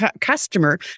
customer